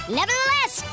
nevertheless